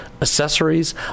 accessories